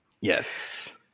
Yes